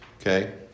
Okay